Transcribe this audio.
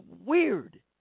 weird